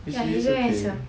ya he's very handsome